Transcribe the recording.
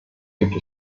gibt